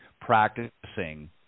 practicing